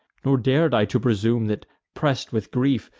nor dar'd i to presume, that, press'd with grief,